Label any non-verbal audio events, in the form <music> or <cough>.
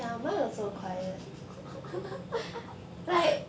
<laughs>